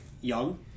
Young